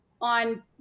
on